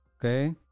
Okay